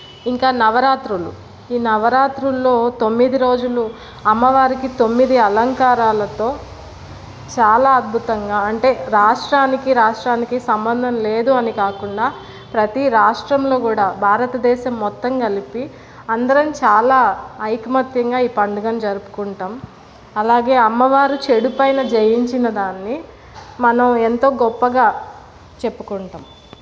ఇంకా నవరాత్రులు ఈ నవరాత్రుల్లో తొమ్మిది రోజులు అమ్మవారికి తొమ్మిది అలంకారాలతో చాలా అద్భుతంగా అంటే రాష్ట్రానికి రాష్ట్రానికి సంబంధం లేదు అని కాకుండా ప్రతి రాష్ట్రంలో కూడా భారతదేశం మొత్తం కలిపి అందరం చాలా ఐకమత్యంగా ఈ పండుగను జరుపుకుంటాం అలాగే అమ్మవారు చెడు పైన జయించిన దాన్ని మనం ఎంతో గొప్పగా చెప్పుకుంటాం